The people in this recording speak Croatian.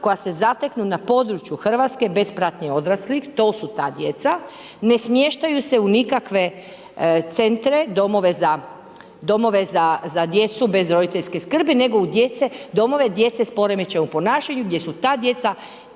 koja se zateknu na području Hrvatske bez pratnje odraslih, to su ta djeca, ne smještaju se u nikakve centre, domove za djecu bez roditeljske skrbi nego u domove djece s poremećajem u ponašanju gdje su ta djeca